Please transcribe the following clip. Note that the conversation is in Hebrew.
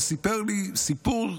וסיפר לי סיפור.